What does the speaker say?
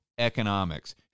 economics